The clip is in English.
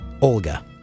Olga